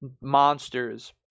monsters